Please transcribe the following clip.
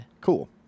Cool